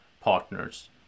partners